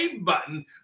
button